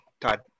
Todd